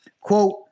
quote